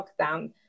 lockdown